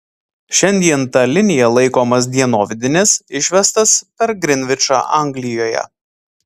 šiandien ta linija laikomas dienovidinis išvestas per grinvičą anglijoje